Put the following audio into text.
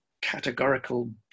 categorical